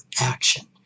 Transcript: action